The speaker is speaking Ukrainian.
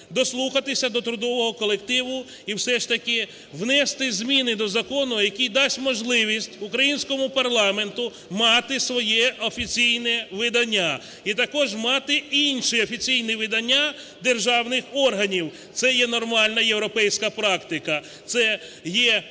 дослухатися до трудового колективу і все ж таки внести зміни до закону, який дасть можливість українському парламенту мати своє офіційне видання. І також мати інші офіційні видання державних органів. Це є нормальна європейська практика. Це є